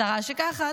השרה שככה,